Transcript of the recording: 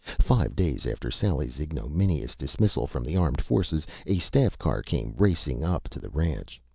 five days after sally's ignominious dismissal from the armed forces, a staff car came racing up to the ranch.